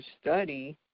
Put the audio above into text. study